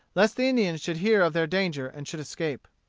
lest the indians should hear of their danger and should escape.